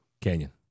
Canyon